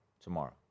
tomorrow